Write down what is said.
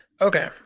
Okay